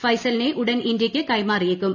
പൈസലിനെ ഉടൻ ഇന്തൃക്ക് കൈമാറിയേക്കും